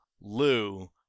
Lou